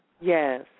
Yes